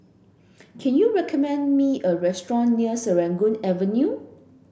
can you recommend me a restaurant near Serangoon Avenue